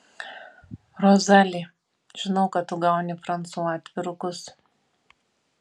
rozali žinau kad tu gauni fransua atvirukus